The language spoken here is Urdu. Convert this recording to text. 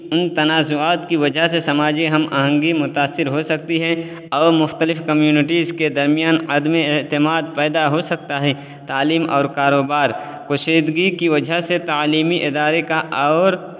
ان تنازعات کی وجہ سے سماجی ہم آہنگی متأثر ہو سکتی ہے اور مختلف کمیونٹیز کے درمیان عدم اعتماد پیدا ہو سکتا ہے تعلیم اور کاروبار کشیدگی کی وجہ سے تعلیمی ادارے کا اور